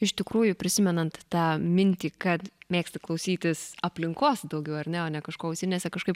iš tikrųjų prisimenant tą mintį kad mėgsti klausytis aplinkos daugiau ar ne o ne kažko ausinėse kažkaip